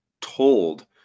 told